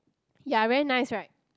ya very nice right